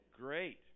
Great